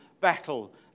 battle